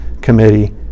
Committee